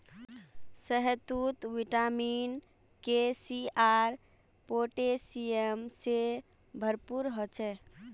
शहतूत vitamin K, C आर potassium से भरपूर ह छे